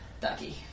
Ducky